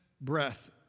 breath